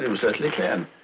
you certainly can.